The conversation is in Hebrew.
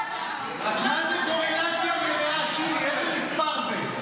הזה, ואפס מי שהציל את כסיף.